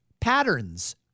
patterns